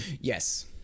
Yes